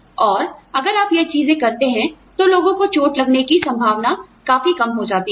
और अगर आप यह चीजें करते हैं तो लोगों को चोट लगने की संभावना काफी कम हो जाती है